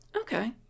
Okay